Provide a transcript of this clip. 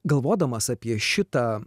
galvodamas apie šitą